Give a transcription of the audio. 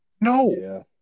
No